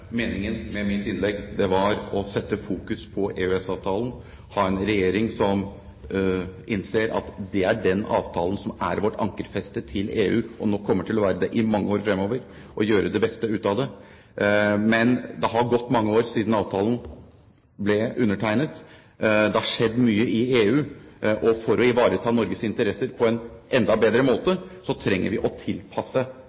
Meningen med mitt innlegg var å sette fokus på EØS-avtalen, ha en regjering som innser at det er den avtalen som er vårt ankerfeste til EU, og nok kommer til å være det i mange år fremover, og gjøre det beste ut av det. Men det har gått mange år siden avtalen ble undertegnet. Det har skjedd mye i EU. For å ivareta Norges interesser på en enda bedre